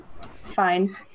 Fine